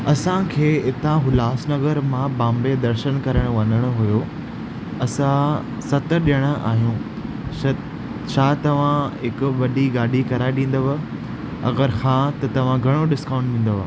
असांखे हितां उल्हासनगर मां बाम्बे दर्शन करणु वञिणो हुओ असां सत ॼणा आहियूं छ छा तव्हां हिकु वॾी गाॾी कराए ॾींदव अगरि हा त तव्हां घणो डिस्काउंट ॾींदव